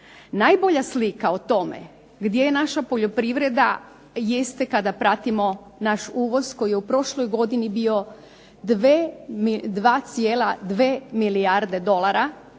Najbolja slika o tome gdje je naša poljoprivreda jeste kada pratimo naš uvoz koji je u prošloj godini bio 2,2 milijarde dolara,